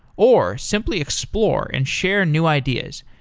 or simply explore and share new ideas.